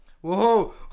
Whoa